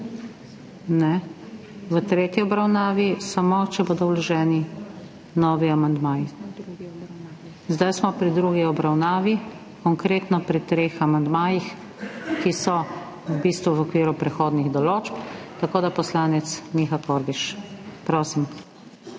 samo v tretji obravnavi, če bodo vloženi novi amandmaji. Zdaj smo pri drugi obravnavi, konkretno pri treh amandmajih, ki so v bistvu v okviru prehodnih določb. Poslanec Miha Kordiš, prosim.